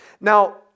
Now